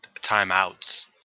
timeouts